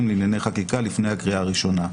לענייני חקיקה לפני הקריאה הראשונה.